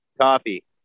Coffee